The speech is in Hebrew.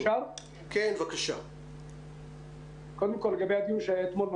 קודם כול, לגבי הדיון שהיה אתמול.